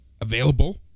available